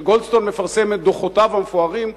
כשגולדסטון מפרסם את דוחותיו המפוארים,